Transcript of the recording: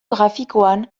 grafikoan